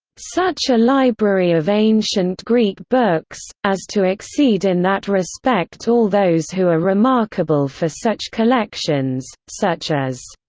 such a library of ancient greek books, as to exceed in that respect all those who are remarkable for such collections such as.